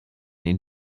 ihn